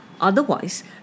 otherwise